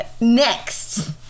Next